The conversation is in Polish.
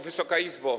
Wysoka Izbo!